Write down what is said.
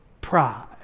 pride